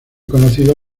conocido